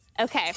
Okay